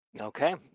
Okay